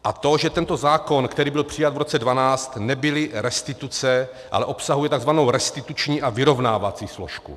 A to že tento zákon, který byl přijat v roce 2012, nebyly restituce, ale obsahuje tzv. restituční a vyrovnávací složku.